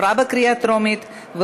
של חבר הכנסת יואל חסון.